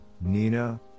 nina